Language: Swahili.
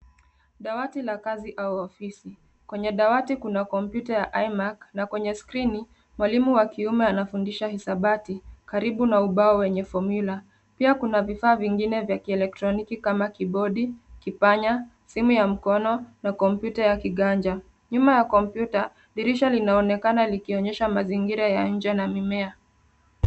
Dawati la kazi au ofisi, kwenye dawati kuna kompyuta imac na kwenye skirini mwalimu wa kiume anfundisha hisabati karibu na ubao wenye fomyula pia kuna vifaa vingine vya kieletroniki kama kibodi, kipanya, simu ya mkono na kompyuta ya kiganja. Nyuma ya kompyuta dirisha linaonekana likionyesha mazingira ya nje na mimea.